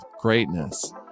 greatness